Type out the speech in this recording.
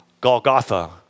Golgotha